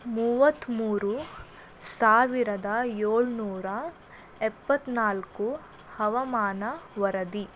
ಮೂವತ್ತ್ಮೂರು ಸಾವಿರದ ಏಳ್ನೂರ ಎಪ್ಪತ್ತ್ನಾಲ್ಕು ಹವಾಮಾನ ವರದಿ